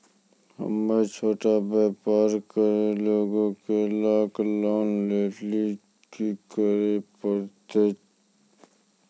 हम्मय छोटा व्यापार करे लेली एक लाख लोन लेली की करे परतै?